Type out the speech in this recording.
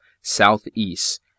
south-east